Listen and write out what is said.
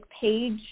page